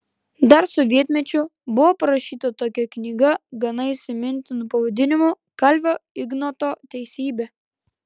dar sovietmečiu buvo parašyta tokia knyga gana įsimintinu pavadinimu kalvio ignoto teisybė